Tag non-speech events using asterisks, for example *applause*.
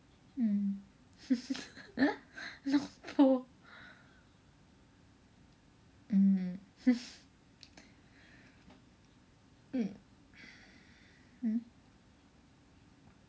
mm *laughs* north pole mm *laughs* mm hmm